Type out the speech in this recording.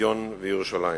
"ציון וירושלים".